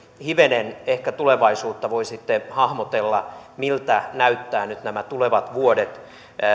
hivenen ehkä tulevaisuutta voisitte hahmotella miltä näyttävät nyt nämä tulevat vuodet